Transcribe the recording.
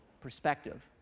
perspective